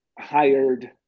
hired